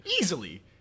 Easily